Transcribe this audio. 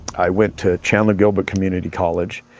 i went to chandler gilbert community college,